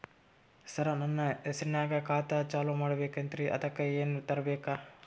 ಸರ, ನನ್ನ ಹೆಸರ್ನಾಗ ಖಾತಾ ಚಾಲು ಮಾಡದೈತ್ರೀ ಅದಕ ಏನನ ತರಬೇಕ?